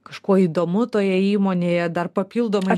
kažkuo įdomu toje įmonėje dar papildomai